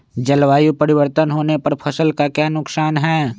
जलवायु परिवर्तन होने पर फसल का क्या नुकसान है?